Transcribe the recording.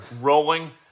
rolling